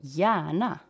gärna